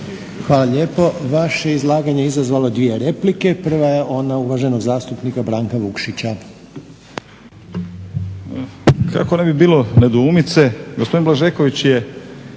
Hvala lijepo. Vaše izlaganje izazvalo je dvije replike. Prva je ona uvaženog zastupnika Branka Vukšića.